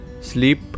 sleep